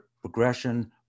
progression